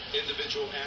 individual